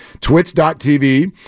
Twitch.tv